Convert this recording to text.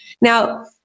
Now